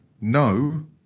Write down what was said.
no